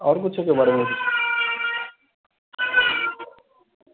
आओर किच्छो के बारे मे